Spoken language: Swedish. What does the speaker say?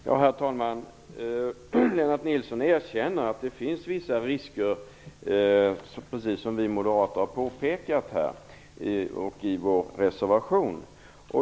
Herr talman! Lennart Nilsson erkänner att det finns vissa risker, precis som vi moderater har påpekat i vår reservation.